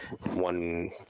one